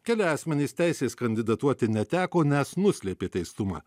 keli asmenys teisės kandidatuoti neteko nes nuslėpė teistumą